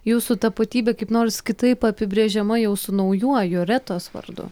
jūsų tapatybė kaip nors kitaip apibrėžiama jau su naujuoju retos vardu